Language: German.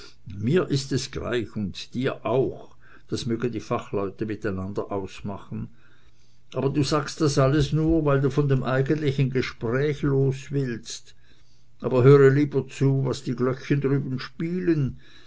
mir ist es gleich und dir auch das mögen die fachleute miteinander ausmachen und du sagst das alles nur weil du von dem eigentlichen gespräch los willst aber höre lieber zu was die glöckchen drüben spielen